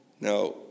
Now